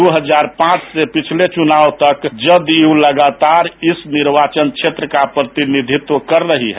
दो हजार पांच से पिछले चुनाव तक जदयू लगातार इस निर्वाचन क्षेत्र का प्रतिनिधित्व कर रही है